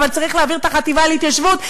אבל צריך להעביר את החטיבה להתיישבות?